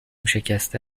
شکسته